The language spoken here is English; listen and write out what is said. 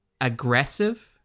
aggressive